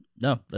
No